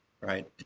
Right